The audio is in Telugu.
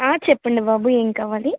చెప్పండి బాబు ఏమి కావాలి